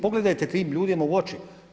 Pogledajte tim ljudima u oči.